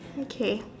okay